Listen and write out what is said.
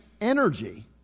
energy